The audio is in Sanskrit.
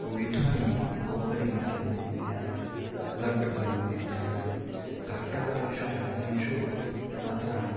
मिठायि कोब्बरी मिठायि इत्यादिकं लड्डुकम् इत्यादिकं कष्टकरेषु चारणेषु तत्र